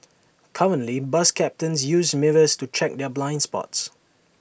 currently bus captains use mirrors to check their blind spots